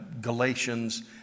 Galatians